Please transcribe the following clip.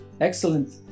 excellent